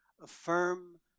affirm